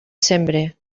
sembre